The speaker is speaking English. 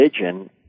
religion